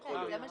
זה מה שכתוב.